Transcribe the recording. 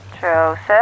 Joseph